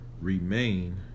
remain